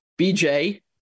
BJ